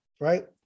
Right